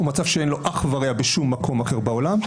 הוא מצב שאין לו אח ורע בשום מקום אחר בעולם.